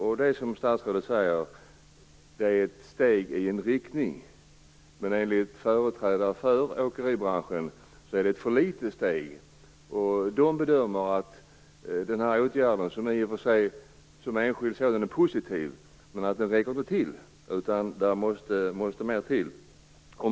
Det är, som statsrådet säger, ett steg i en viss riktning, men enligt företrädare för åkeribranschen är det ett för litet steg. Man bedömer att den här åtgärden, som jag som enskild i och för sig ser som positiv, inte räcker till. Det måste mer till.